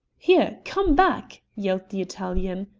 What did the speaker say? here! come back! yelled the italian.